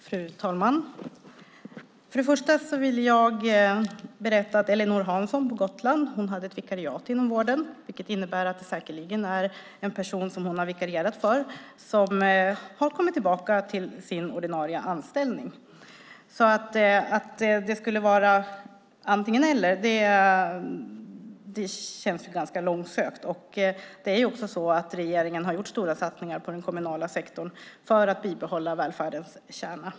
Fru talman! Först vill jag berätta att Ellinor Hansson på Gotland hade ett vikariat inom vården, vilket innebär att det säkerligen är en person som hon har vikarierat för som har kommit tillbaka till sin ordinarie anställning. Att det skulle vara antingen-eller känns ganska långsökt. Regeringen har också gjort stora satsningar på den kommunala sektorn för att bibehålla välfärdens kärna.